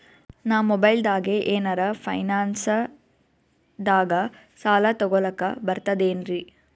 ನಾ ಮೊಬೈಲ್ದಾಗೆ ಏನರ ಫೈನಾನ್ಸದಾಗ ಸಾಲ ತೊಗೊಲಕ ಬರ್ತದೇನ್ರಿ?